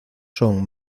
son